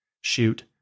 shoot